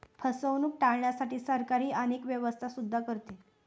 फसवणूक टाळण्यासाठी सरकारही अनेक व्यवस्था सुद्धा करते